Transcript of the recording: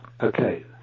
Okay